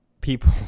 people